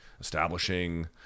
establishing